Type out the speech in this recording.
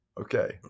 Okay